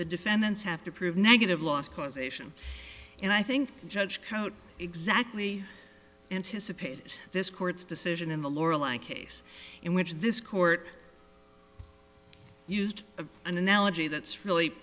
the defendants have to prove negative loss causation and i think judge exactly anticipated this court's decision in the lorelei case in which this court used an analogy that's really